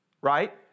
Right